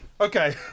okay